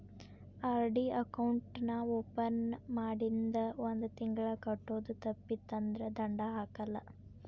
RD account ನಾ open ಮಾಡಿಂದ ಒಂದ್ ತಿಂಗಳ ಕಟ್ಟೋದು ತಪ್ಪಿತಂದ್ರ ದಂಡಾ ಹಾಕಲ್ಲ